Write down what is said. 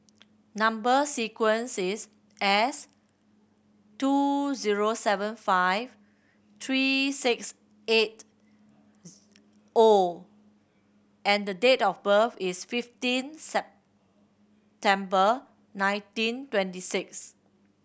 number sequence is S two zero seven five three six eight O and the date of birth is fifteen September nineteen twenty six